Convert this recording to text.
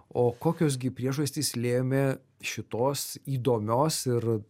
o kokios gi priežastys lėmė šitos įdomios ir